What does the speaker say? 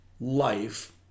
life